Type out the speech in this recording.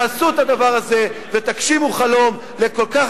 תעשו את הדבר הזה ותגשימו חלום לכל כך